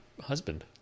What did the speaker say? husband